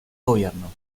gobierno